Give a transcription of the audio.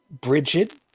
Bridget